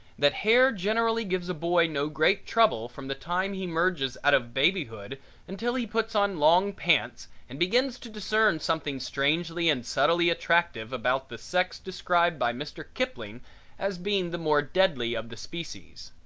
that hair generally gives a boy no great trouble from the time he merges out of babyhood until he puts on long pants and begins to discern something strangely and subtly attractive about the sex described by mr. kipling as being the more deadly of the species.